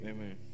Amen